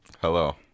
hello